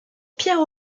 pierre